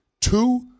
two